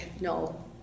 No